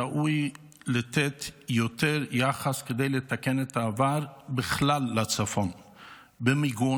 ראוי לתת יותר יחס כדי לתקן את העבר בכלל לצפון במיגון.